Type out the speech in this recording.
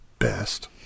Best